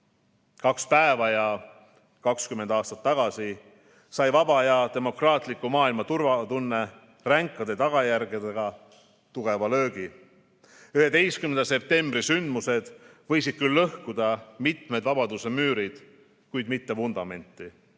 Kaks päeva ja kakskümmend aastat tagasi sai vaba ja demokraatliku maailma turvatunne ränkade tagajärgedega tugeva löögi. 11. septembri sündmused võisid küll lõhkuda mitmed vabaduse müürid, kuid mitte vundamenti.